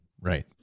Right